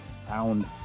found